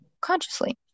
consciously